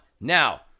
Now